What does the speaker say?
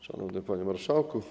Szanowny Panie Marszałku!